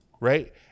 right